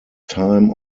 time